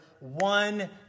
one